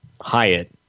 Hyatt